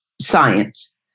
science